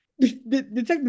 Detective